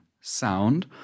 sound